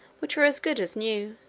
which were as good as new,